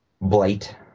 blight